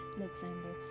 Alexander